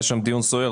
היה שם דיון סוער.